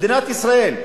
מדינת ישראל,